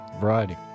variety